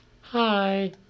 Hi